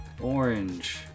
Orange